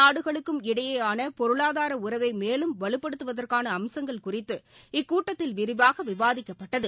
நாடுகளுக்கும் இடையேயானபொருளாதாரஉறவைமேலும் வலுப்படுத்துவதற்கானஅம்சங்கள் இரு குறித்து இக்கூட்டத்தில் விரிவாகவிவாதிக்கப்பட்டது